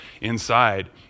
inside